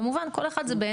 כמובן שכל אחד זה לפי